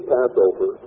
Passover